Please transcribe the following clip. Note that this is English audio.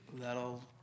that'll